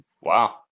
wow